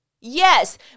Yes